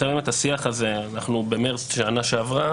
אחרי השיח הזה, במרץ שנה שעברה